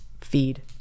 feed